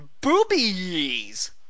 boobies